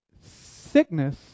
sickness